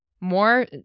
more